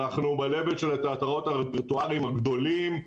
אנחנו ברמה של התיאטראות הרפרטואריים הגדולים,